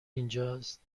اینجاست